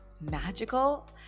magical